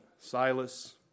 Silas